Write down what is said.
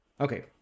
Okay